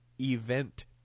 event